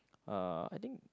uh I think